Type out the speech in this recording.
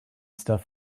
stuff